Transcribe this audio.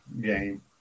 game